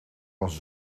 was